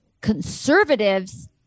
conservatives